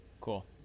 Cool